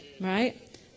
right